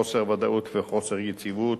חוסר ודאות וחוסר יציבות.